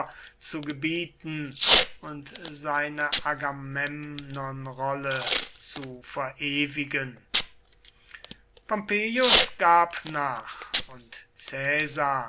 zu gebieten und seine agamemnonrolle zu verewigen pompeius gab nach und